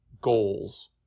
goals